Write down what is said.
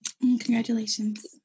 Congratulations